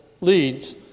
leads